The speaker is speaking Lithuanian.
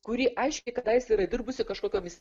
kuri aiškiai kadaise yra dirbusi kažkokiomis